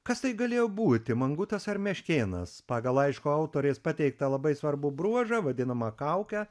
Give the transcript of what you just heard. kas tai galėjo būti mangutas ar meškėnas pagal laiško autorės pateiktą labai svarbų bruožą vadinamą kaukę